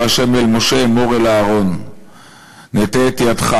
ה' אל משה אמֹר אל אהרן נטה את ידך"